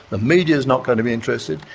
the media is not going to be interested.